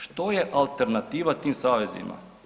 Što je alternativa tim savezima?